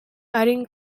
arin